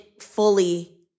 fully